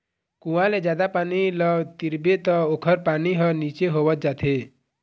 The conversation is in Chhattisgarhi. कुँआ ले जादा पानी ल तिरबे त ओखर पानी ह नीचे होवत जाथे